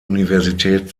universität